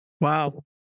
Wow